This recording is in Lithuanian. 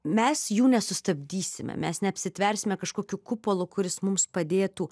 mes jų nesustabdysime mes neapsitversime kažkokiu kupolu kuris mums padėtų